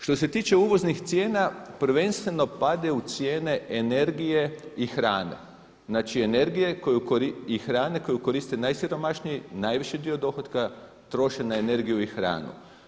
Što se tiče uvoznih cijena prvenstveno padaju cijene energije i hrane, znači energije i hrane koju koriste najsiromašniji, najviši dio dohotka troše na energiju i hranu.